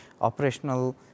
operational